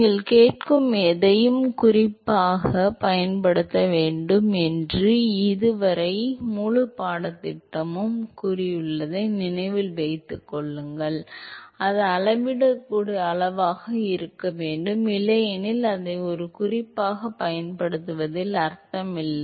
நீங்கள் கேட்கும் எதையும் குறிப்பாகப் பயன்படுத்த வேண்டும் என்று இதுவரை முழு பாடத்திட்டமும் எப்போதும் கூறியுள்ளதை நினைவில் கொள்ளுங்கள் அது அளவிடக்கூடிய அளவாக இருக்க வேண்டும் இல்லையெனில் அதை ஒரு குறிப்பாகப் பயன்படுத்துவதில் அர்த்தமில்லை